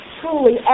truly